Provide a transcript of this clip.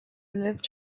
lived